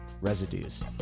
Residues